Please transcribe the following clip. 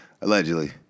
Allegedly